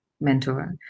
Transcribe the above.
mentor